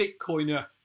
Bitcoiner